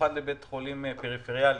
במיוחד לבית חולים פריפריאלי.